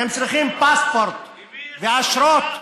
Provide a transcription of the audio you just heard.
אתם צריכים פספורט ואשרות,